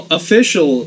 official